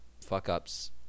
fuck-ups